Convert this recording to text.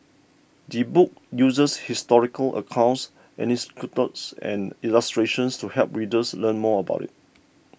the book uses historical accounts and illustrations to help readers learn more about it